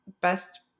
best